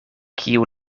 kiu